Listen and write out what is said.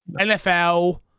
NFL